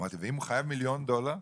אמרתי, ואם הוא חייב מיליון דולר?